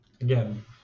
Again